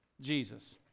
Jesus